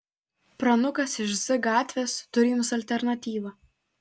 pranukas iš z gatvės turi jums alternatyvą